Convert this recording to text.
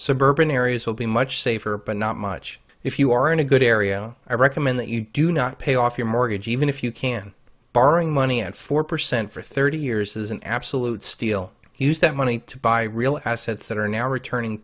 suburban areas will be much safer but not much if you are in a good area i recommend that you do not pay off your mortgage even if you can borrowing money at four percent for thirty years is an absolute steal he used that money to buy real assets that are now returning